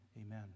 Amen